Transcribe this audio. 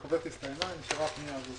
אנחנו עוברים לפנייה מספר